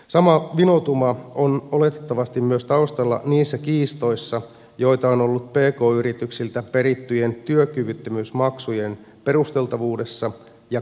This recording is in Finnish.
samaa vinoutumaa on oletettavasti myös taustalla niissä kiistoissa joita on ollut pk yrityksiltä perittyjen työkyvyttömyysmaksujen perusteltavuudessa ja käytössä